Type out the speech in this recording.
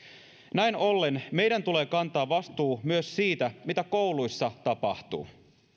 näin ollen meidän tulee kantaa vastuu myös siitä mitä kouluissa tapahtuu